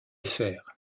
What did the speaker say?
fer